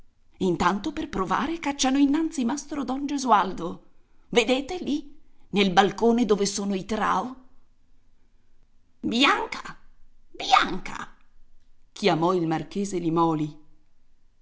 intanto per provare cacciano innanzi mastro don gesualdo vedete lì nel balcone dove sono i trao bianca bianca chiamò il marchese limòli